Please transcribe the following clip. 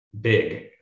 big